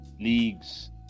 leagues